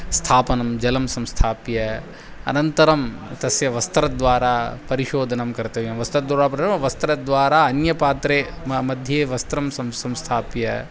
स्थापनं जलं संस्थाप्य अनन्तरं तस्य वस्त्रद्वारा परिशोधनं कर्तव्यं वस्त्रद्वारा पर न वस्त्रद्वारा अन्यपात्रे मा मध्ये वस्त्रं सं संस्थाप्य